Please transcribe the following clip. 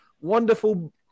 wonderful